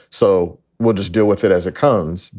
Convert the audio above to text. so we'll just deal with it as it comes.